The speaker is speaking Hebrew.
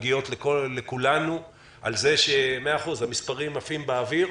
מגיעות לכולנו על זה שהמספרים עפים באוויר,